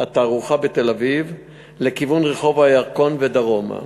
התערוכה בתל-אביב לכיוון רחוב הירקון ודרומה.